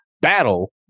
battle